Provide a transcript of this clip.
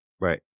Right